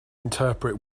interpret